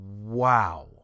Wow